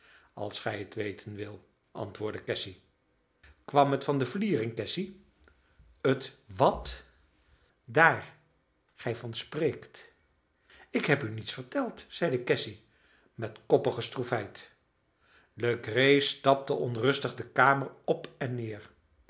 als gij het weten wilt antwoordde cassy kwam het van de vliering cassy het wat daar gij van spreekt ik heb u niets verteld zeide cassy met koppige stroefheid legree stapte onrustig de kamer op en neer